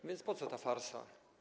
A więc po co ta farsa?